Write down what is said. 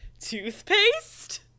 toothpaste